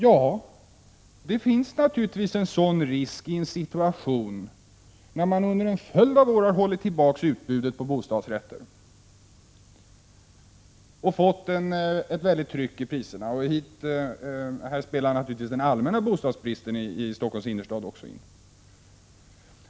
Ja, det finns naturligtvis en sådan risk i en situation när man under en följd av år hållit tillbaka utbudet på bostadsrätter och fått ett väldigt tryck i priserna. Här spelar naturligtvis den allmänna bostadsbristen i Stockholms innerstad också in.